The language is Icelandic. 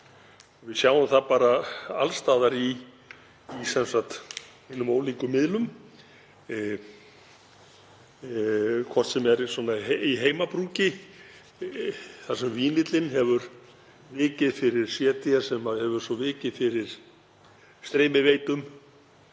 Við sjáum það bara alls staðar í hinum ólíku miðlum, svo sem í heimabrúki þar sem vínillinn hefur vikið fyrir CD sem hefur svo vikið fyrir streymisveitum.